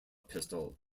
pistol